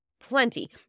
plenty